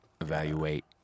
evaluate